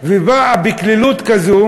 ובאה בקלילות כזאת.